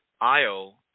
Io